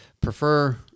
Prefer